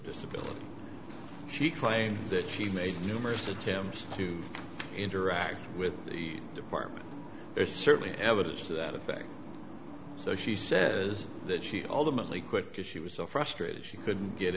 disability she claimed that she made numerous attempts to interact with the department there certainly evidence to that effect so she says that she ultimately quit because she was so frustrated she couldn't get